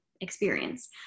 experience